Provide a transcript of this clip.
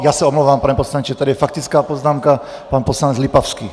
Já se omlouvám, pane poslanče, tady je faktická poznámka, pan poslanec Lipavský.